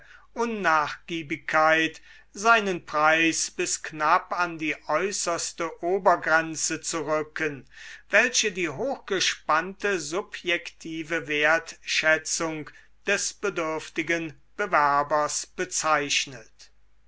unnachgiebigkeit seinen preis bis knapp an die äußerste obergrenze zu rücken welche die hochgespannte subjektive wertschätzung des bedürftigen bewerbers bezeichnet